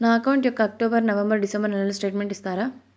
నా అకౌంట్ యొక్క October, November, December నెలల స్టేట్మెంట్ ఇస్తారా?